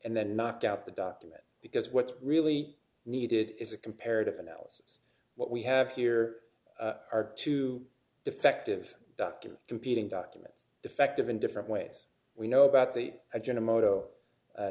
and then knocked out the document because what's really needed is a comparative analysis what we have here are two defective documents competing documents defective in different ways we know about the agenda